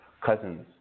cousins